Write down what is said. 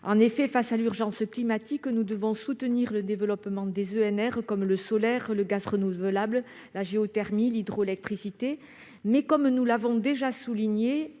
En effet, face à l'urgence climatique, nous devons soutenir le développement des EnR comme le solaire, le gaz renouvelable, la géothermie, l'hydroélectricité, mais de manière planifiée, comme nous l'avons déjà souligné